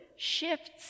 shifts